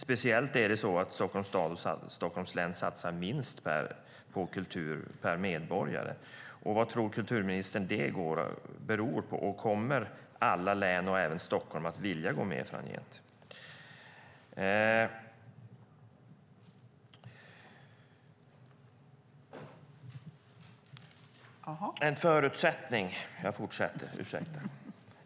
Stockholms stad och Stockholms län satsar minst på kultur per medborgare. Vad tror kulturministern att det beror på? Kommer alla län, och även Stockholm, att vilja gå med framgent?